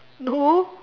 no